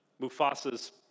Mufasa's